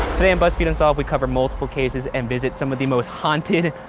today on buzzfeed unsolved, we cover multiple cases and visits, some of the most haunted,